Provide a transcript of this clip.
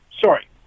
Sorry